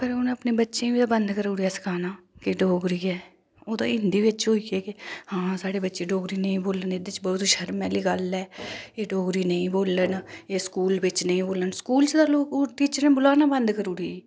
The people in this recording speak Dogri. इयां नै पर हुन अपने बच्चें गी ओह् बंद करू उड़ेआ सखाना के डोगरी ऐ ओह्दा हिंदी बेच्च बी केह् केह् आं स्हाड़े बच्चे डोगरी नेईं बोल्लन एह्दे च बड़ी शर्म आहली गल्ल ऐ एह् शर्म आहली गल्ल ऐ एह् डोगरी नेईं बोल्लन एह् स्कूल बिच नेईं बोल्लन स्कूल च ते टीचरें बलाना बंद करू उड़ी